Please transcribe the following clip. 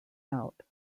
out